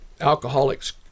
alcoholics